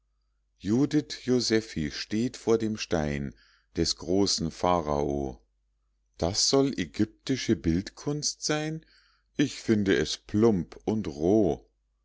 judith josephi steht vor dem stein des großen pharao das soll ägyptische bildkunst sein ich finde es plump und roh